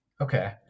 Okay